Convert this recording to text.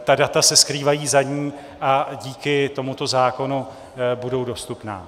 Ta data se skrývají za ní a díky tomuto zákonu budou dostupná.